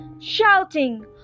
shouting